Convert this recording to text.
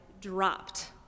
dropped